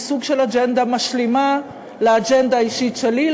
היא סוג של אג'נדה משלימה לאג'נדה האישית שלי,